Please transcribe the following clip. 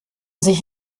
sich